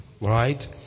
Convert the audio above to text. Right